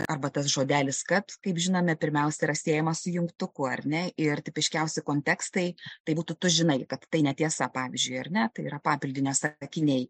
arba tas žodelis kad kaip žinome pirmiausia yra siejamas jungtukų ar ne ir tipiškiausi kontekstai tai būtų tu žinai kad tai netiesa pavyzdžiui ar net yra papildinio sakiniai